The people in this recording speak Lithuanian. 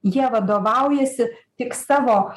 jie vadovaujasi tik savo